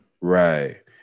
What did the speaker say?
Right